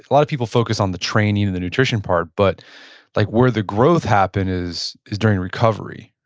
a lot of people focus on the training and the nutrition part, but like where the growth happen is is during recovery.